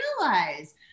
realize